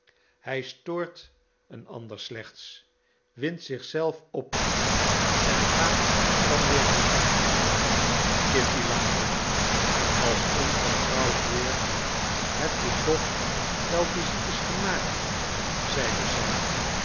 hij stoort een ander slechts windt zich zelf op en gaat dan weer heen kitty lachte als ongetrouwd heer heb je toch wel visites gemaakt zeide zij